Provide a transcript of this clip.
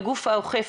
האוכף.